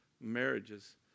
marriages